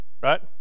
right